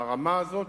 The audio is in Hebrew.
ברמה הזאת,